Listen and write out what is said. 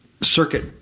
circuit